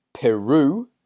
Peru